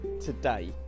today